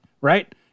right